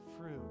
fruit